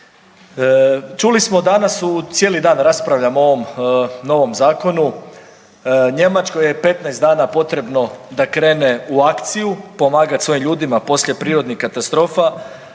Čuli smo danas u cijeli dan raspravljamo o ovom novom zakonu. U Njemačkoj je 15 dana potrebno da krene u akciju pomagati svojim ljudima poslije prirodnih katastrofa,